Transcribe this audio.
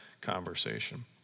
conversation